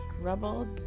Rubble